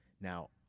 Now